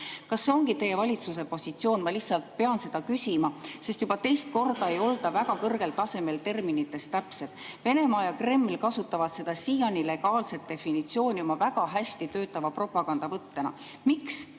Kas see ongi teie valitsuse positsioon? Ma lihtsalt pean seda küsima, sest juba teist korda ei olda väga kõrgel tasemel terminites täpsed. Venemaa ja Kreml kasutavad seda siiani legaalset definitsiooni oma väga hästi töötava propaganda võttena. Miks